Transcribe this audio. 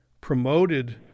promoted